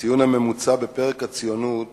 הציון הממוצע בפרק הציונות